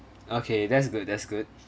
okay that's good that's good